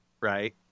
Right